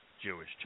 Jewish